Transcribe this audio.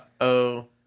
Uh-oh